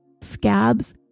scabs